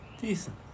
Decent